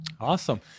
awesome